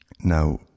Now